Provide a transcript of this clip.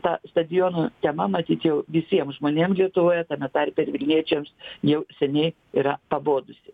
ta stadiono tema matyt jau visiems žmonėm lietuvoje tame tarpe ir vilniečiams jau seniai yra pabodusi